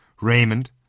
Raymond